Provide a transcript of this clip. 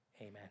Amen